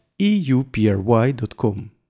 eupry.com